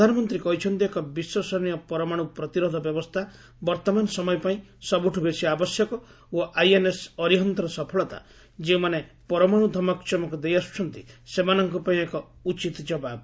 ପ୍ରଧାନମନ୍ତ୍ରୀ କହିଛନ୍ତି ଏକ ବିଶ୍ୱସନୀୟ ପରମାଣୁ ପ୍ରତିରୋଧ ବ୍ୟବସ୍ଥା ବର୍ତ୍ତମାନ ସମୟ ପାଇଁ ସବୁଠୁ ବେଶି ଆବଶ୍ୟକ ଓ ଆଇଏନ୍ଏସ୍ ଅରିହନ୍ତର ସଫଳତା ଯେଉଁମାନେ ପରମାଣୁ ଧମକ ଚମକ ଦେଇଆସୁଛନ୍ତି ସେମାନଙ୍କ ପାଇଁ ଏକ ଉଚିତ ଜବାବ୍